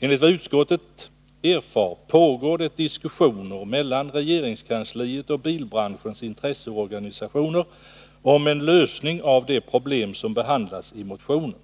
Enligt vad utskottet erfarit pågår det diskussioner mellan regeringskansliet och bilbranschens intresseorganisationer om en lösning av de problem som behandlas i motionerna.